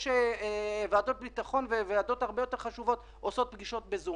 פרט לכך שוועדות ביטחון וועדות הרבה יותר חשובות עושות פגישות בזום.